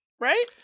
right